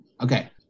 Okay